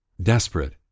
Desperate